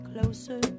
closer